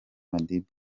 madiba